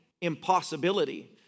impossibility